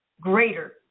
greater